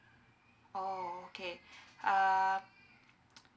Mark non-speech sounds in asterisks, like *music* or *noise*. oh okay *breath* uh